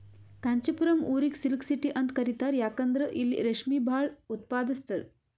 ಕಾಂಚಿಪುರಂ ಊರಿಗ್ silk city ಅಂತ್ ಕರಿತಾರ್ ಯಾಕಂದ್ರ್ ಇಲ್ಲಿ ರೇಶ್ಮಿ ಭಾಳ್ ಉತ್ಪಾದಸ್ತರ್